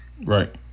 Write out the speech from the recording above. Right